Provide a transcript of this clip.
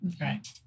Right